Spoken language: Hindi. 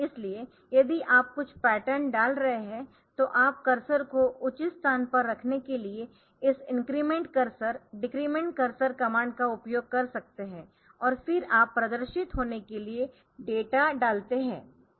इसलिए यदि आप कुछ पैटर्न डाल रहे है तो आप कर्सर को उचित स्थान पर रखने के लिए इस increment cursor decrement cursor command का उपयोग कर सकते है और फिर आप प्रदर्शित होने के लिए डेटा डालते है